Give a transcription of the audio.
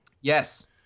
Yes